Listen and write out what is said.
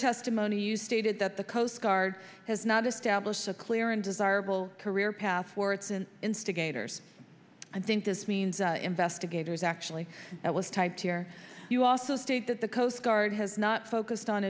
testimony you stated that the coast guard has not established a clear and desirable career path for its and instigators i think this means investigators actually that was tied to or you also state that the coast guard has not focused on